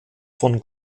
von